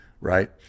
right